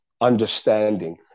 understanding